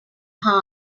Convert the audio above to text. hahn